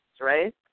right